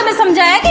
and some day.